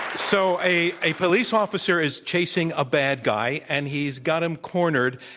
so, a a police officer is chasing a bad guy, and he's got him cornered.